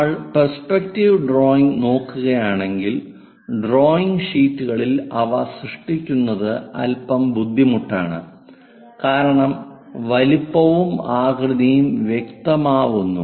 നമ്മൾ perspective drawing നോക്കുകയാണെങ്കിൽ drawing ഷീറ്റുകളിൽ അവ സൃഷ്ടിക്കുന്നത് അൽപം ബുദ്ധിമുട്ടാണ് കാരണം വലുപ്പവും ആകൃതിയും വികൃതമാവുന്നു